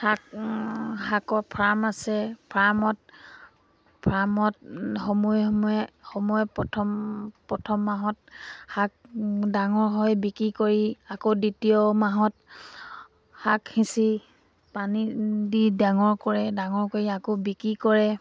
শাক শাকৰ ফাৰ্ম আছে ফাৰ্মত ফাৰ্মত সময়ে সময়ে সময়ে প্ৰথম প্ৰথম মাহত শাক ডাঙৰ হয় বিক্ৰী কৰি আকৌ দ্বিতীয় মাহত শাক সিঁচি পানী দি ডাঙৰ কৰে ডাঙৰ কৰি আকৌ বিক্ৰী কৰে